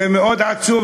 זה מאוד עצוב.